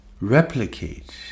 replicate